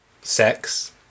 Sex